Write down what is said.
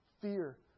fear